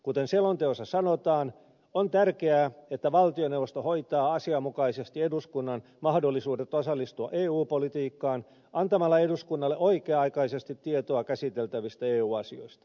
kuten selonteossa sanotaan on tärkeää että valtioneuvosto hoitaa asianmukaisesti eduskunnan mahdollisuudet osallistua eu politiikkaan antamalla eduskunnalle oikea aikaisesti tietoa käsiteltävistä eu asioista